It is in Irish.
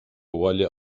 bhaile